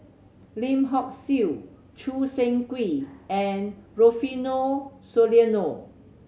Lim Hock Siew Choo Seng Quee and Rufino Soliano